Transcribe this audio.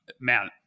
Man